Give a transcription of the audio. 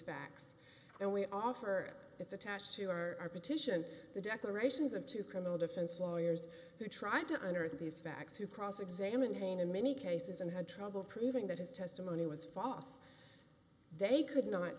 facts and we offer it's attached to our petition the declarations of two criminal defense lawyers who tried to under these facts who cross examined pain in many cases and had trouble proving that his testimony was false they could not